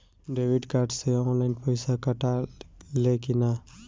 Debit card से online पैसा कटा ले कि ना?